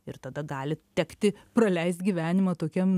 ir tada gali tekti praleist gyvenimą tokiam